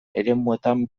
eremuetan